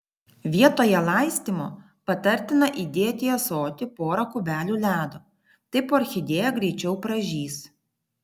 vietoje laistymo patartina įdėti į ąsotį pora kubelių ledo taip orchidėja greičiau pražys